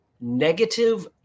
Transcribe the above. Negative